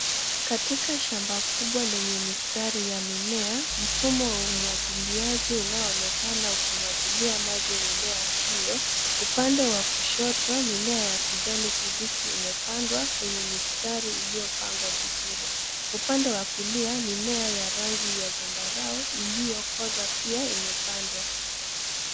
Katika shamba kubwa yenye mistari ya mimea, mfumo wa umwagiliaji unaoonekana ukimwagilia maji mimea hiyo upande wa kushoto mimea ya kijani kibichi imepandwa kwenye mistari iliyopangwa vizuri. Upande wa kulia mimea ya rangi ya zambarao iliyokoza pia imepandwa.